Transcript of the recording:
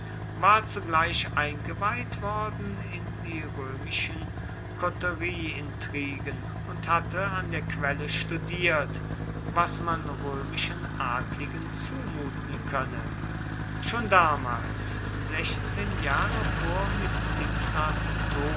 war zugleich eingeweiht worden in die römischen koterieintrigen und hatte an der quelle studiert was man römischen adligen zumuten könne schon damals sechzehn jahre vor